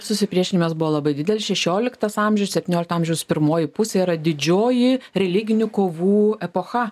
susipriešinimas buvo labai didelis šešioliktas amžius septyniolikto amžiaus pirmoji pusė yra didžioji religinių kovų epocha